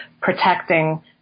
protecting